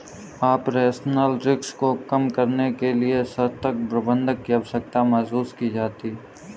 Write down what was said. operational risk को कम करने के लिए सशक्त प्रबंधन की आवश्यकता महसूस की जाती है